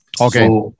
Okay